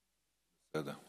בסדר.